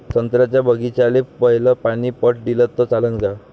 संत्र्याच्या बागीचाले पयलं पानी पट दिलं त चालन का?